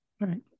right